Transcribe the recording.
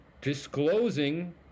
disclosing